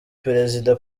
perezida